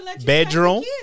bedroom